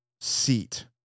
seat